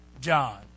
John